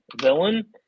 villain